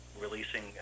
releasing